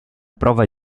prova